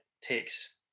takes